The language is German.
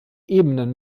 ebenen